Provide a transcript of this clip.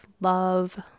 Love